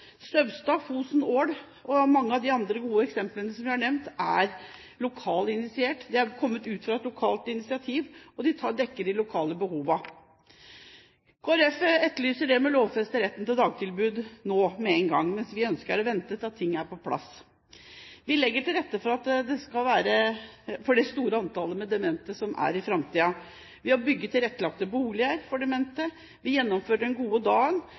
og Ål – og flere gode eksempler som er nevnt – er lokalt initiert. De er kommet etter lokale initiativ, og de dekker de lokale behovene. Kristelig Folkeparti etterlyser lovfestet rett til dagtilbud nå, med én gang, mens vi ønsker å vente til ting er på plass. Vi legger til rette for det store antall demente som er ventet i framtiden, ved å bygge tilrettelagte boliger. Vi gjennomfører «Den gode